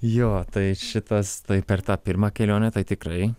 jo tai šitas tai per tą pirmą kelionę tai tikrai